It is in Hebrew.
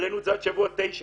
העלינו את זה עד שבוע תשע.